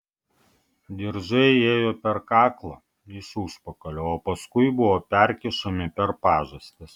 diržai ėjo per kaklą iš užpakalio o paskui buvo perkišami per pažastis